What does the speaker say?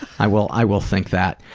i will i will think that.